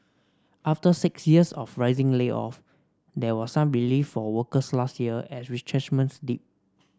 after six years of rising layoff there was some relief for workers last year as retrenchments dipped